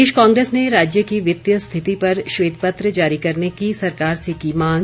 प्रदेश कांग्रेस ने राज्य की वित्तीय स्थिति पर श्वेत पत्र जारी करने की सरकार से की मांग